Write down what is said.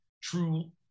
true